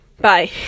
bye